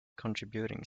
contributing